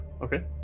Okay